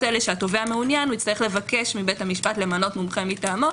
האלה שהתובע מעוניין הוא יצטרך לבקש מבית המשפט למנות מומחה מטעמו,